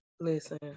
Listen